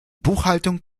buchhaltung